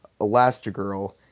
Elastigirl